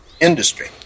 industry